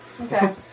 Okay